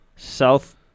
South